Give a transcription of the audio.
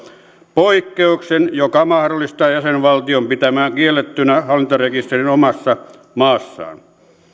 poikkeuksen joka mahdollistaa jäsenvaltion pitämään kiellettynä hallintarekisterin omassa maassaan